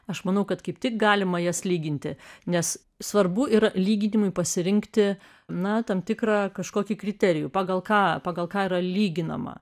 aš manau kad kaip tik galima jas lyginti nes svarbu yra lyginimui pasirinkti na tam tikrą kažkokį kriterijų pagal ką pagal ka yra lyginama